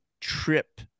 trip